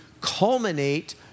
culminate